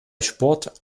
sport